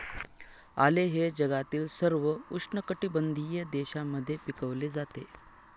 आले हे जगातील सर्व उष्णकटिबंधीय देशांमध्ये पिकवले जाते